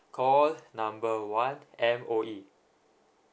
call number one M_O_E